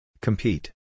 Compete